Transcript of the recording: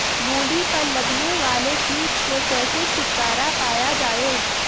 मूली पर लगने वाले कीट से कैसे छुटकारा पाया जाये?